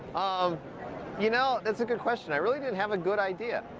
um you know that's a good question, i really didn't have a good idea,